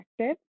active